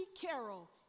Carroll